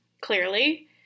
clearly